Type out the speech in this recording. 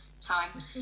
time